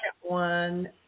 one